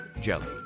jelly